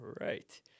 right